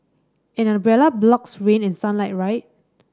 an umbrella blocks rain and sunlight right